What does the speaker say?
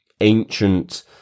ancient